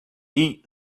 eat